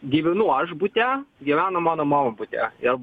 gyvenu aš bute gyvena mano mama bute ir